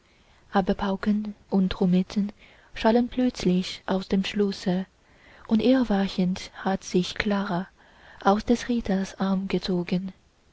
aber pauken und trommeten schallen plötzlich aus dem schlosse und erwachend hat sich clara aus des ritters arm gezogen